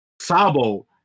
Sabo